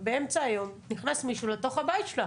ובאמצע היום נכנס מישהו לתוך הבית שלה.